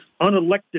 unelected